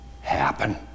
happen